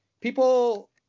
people